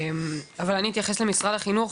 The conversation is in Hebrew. לכן אני אתייחס למשרד החינוך,